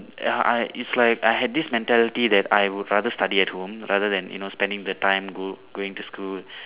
ya I it's like I had this mentality that I would rather study at home rather than you know spending the time go going to school